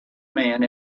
man